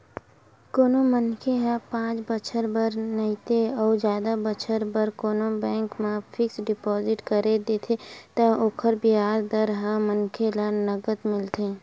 कोनो मनखे ह पाँच बछर बर नइते अउ जादा बछर बर कोनो बेंक म फिक्स डिपोजिट कर देथे त ओकर बियाज दर ह मनखे ल नँगत मिलथे